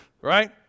right